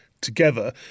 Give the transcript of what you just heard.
together